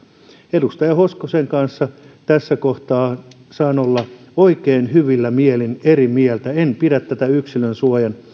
edustaja hoskosen kanssa tässä kohtaa saan olla oikein hyvillä mielin eri mieltä en pidä tätä yksilönsuojan